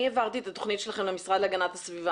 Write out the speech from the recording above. אני העברתי את התכנית שלכם למשרד להגנת הסביבה.